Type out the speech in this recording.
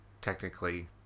technically